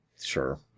Sure